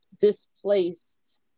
displaced